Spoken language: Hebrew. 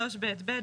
3(ב) ב.